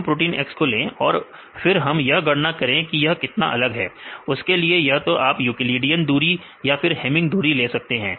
हम protein X को ले और फिर हम यह गणना करें यह कितना अलग है उसके लिए या तो आप यूक्लिडियन दूरी या फिर हेमिंग दूरी ले सकते हैं